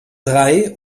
drei